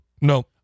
No